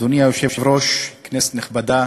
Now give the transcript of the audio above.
אדוני היושב-ראש, כנסת נכבדה,